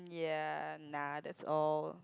ya nah that's all